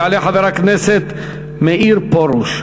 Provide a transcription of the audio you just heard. יעלה חבר הכנסת מאיר פרוש,